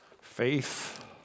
Faith